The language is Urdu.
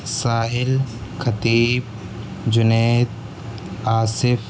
ساحل خطیب جنید آصف